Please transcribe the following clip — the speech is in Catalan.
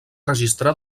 registrar